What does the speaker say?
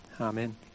Amen